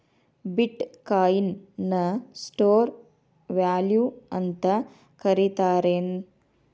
ಬಿಟ್ coin ನ store value ಅಂತ ಕರಿತಾರೆನ್